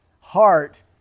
heart